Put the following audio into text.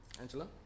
Angela